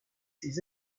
ses